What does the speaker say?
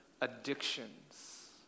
addictions